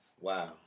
Wow